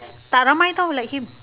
tak ramai tau like him